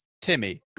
Timmy